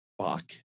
fuck